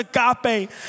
agape